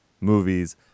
Movies